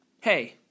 Hey